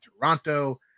Toronto